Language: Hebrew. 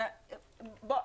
חברים,